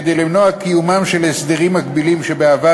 כדי למנוע קיומם של הסדרים מקבילים שבעבר